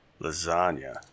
Lasagna